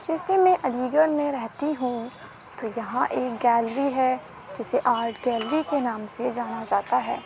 جیسے میں علی گڑھ میں رہتی ہوں تو یہاں ایک گیلری ہے جسے آرٹ گیلری کے نام سے جانا جاتا ہے